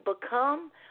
become